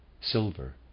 Silver